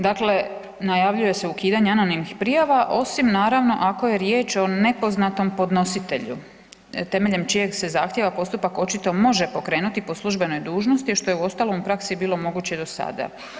Dakle, najavljuje se ukidanje anonimnih prijava osim naravno ako je riječ o nepoznatom podnositelju temeljem čijeg se zahtijeva postupak očito može pokrenuti po službenoj dužnosti što je uostalom u praksi bilo moguće i do sada.